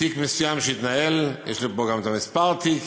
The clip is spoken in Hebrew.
בתיק מסוים שהתנהל, יש לי פה את מספר התיק,